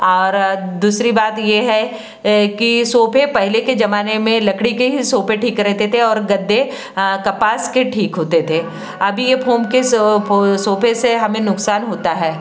और दूसरी बात ये है कि सोफ़े पहले के जमाने में लकड़ी के ही सोफ़े ठीक रहते थे और गद्दे कपास के ठीक होते थे अभी ये फ़ोम के सोफ़े से हमे नुकसान होता है